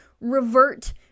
revert